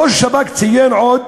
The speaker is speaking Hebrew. ראש השב"כ ציין עוד